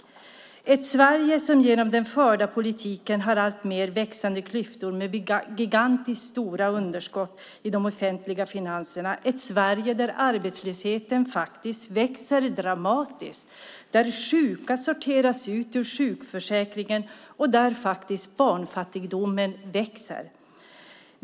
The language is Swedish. Det är ett Sverige som genom den förda politiken har alltmer växande klyftor och gigantiskt stora underskott i de offentliga finanserna, ett Sverige där arbetslösheten växer dramatiskt, där sjuka sorteras ut ur sjukförsäkringen och där barnfattigdomen växer.